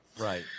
Right